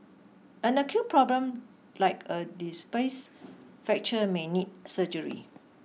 an acute problem like a displaced fracture may need surgery